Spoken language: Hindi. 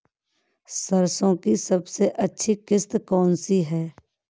सरसो की सबसे अच्छी किश्त कौन सी है?